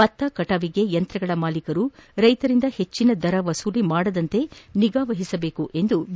ಭತ್ತ ಕಟಾವಿಗೆ ಯಂತ್ರಗಳ ಮಾಲೀಕರು ರೈತರಿಂದ ಹೆಚ್ಚಿನ ದರ ವಸೂಲಿ ಮಾಡದಂತೆ ನಿಗಾವಹಿಸಬೇಕು ಎಂದು ಬಿ